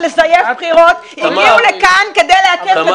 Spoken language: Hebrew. רגע, סליחה, לפני שאת מתחילה.